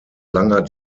langer